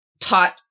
taught